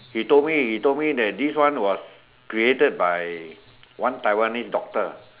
he told me he told me that this one was created by one Taiwanese doctor